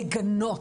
לגנות,